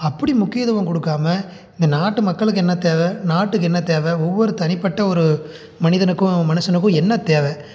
அப்படி முக்கியத்துவம் கொடுக்காம இந்த நாட்டு மக்களுக்கு என்ன தேவை நாட்டுக்கு என்ன தேவை ஒவ்வொரு தனிப்பட்ட ஒரு மனிதனுக்கும் மனுஷனுக்கும் என்ன தேவை